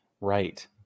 Right